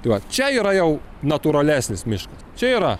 tai va čia yra jau natūralesnis miškas čia yra